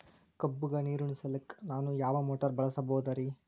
ಕಬ್ಬುಗ ನೀರುಣಿಸಲಕ ನಾನು ಯಾವ ಮೋಟಾರ್ ಬಳಸಬಹುದರಿ?